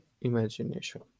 imagination